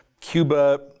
Cuba